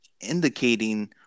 indicating